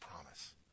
promise